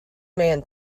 man